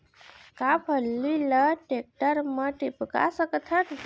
का फल्ली ल टेकटर म टिपका सकथन?